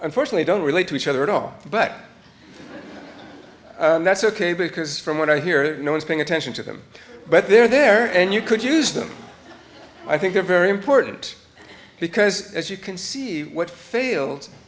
unfortunately don't relate to each other at all but that's ok because from what i hear no one's paying attention to them but they're there and you could use them i think they're very important because as you can see what failed